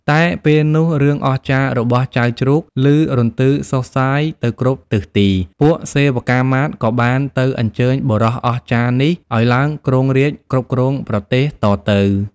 តែពេលនោះរឿងអស្ចារ្យរបស់ចៅជ្រូក ឮរន្ទឺសុះសាយទៅគ្រប់ទិសទី ពួកសេវកាមាត្រក៏បានទៅអញ្ជើញបុរសអស្ចារ្យនេះ ឱ្យឡើងគ្រងរាជ្យគ្រប់គ្រងប្រទេសតទៅ។